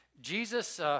Jesus